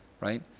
right